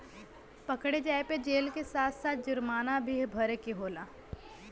पकड़े जाये पे जेल के साथ साथ जुरमाना भी भरे के होला